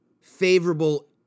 favorable